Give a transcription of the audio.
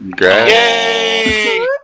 yay